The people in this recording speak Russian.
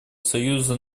союза